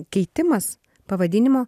keitimas pavadinimo